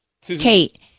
Kate